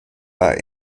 war